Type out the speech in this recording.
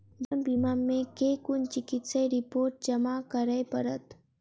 जीवन बीमा मे केँ कुन चिकित्सीय रिपोर्टस जमा करै पड़त?